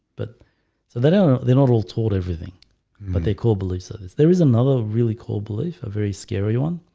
but so they don't know they're not all taught everything but they call bellezza this there is another really cool belief a very scary one.